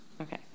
Okay